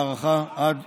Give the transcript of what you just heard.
הארכה עד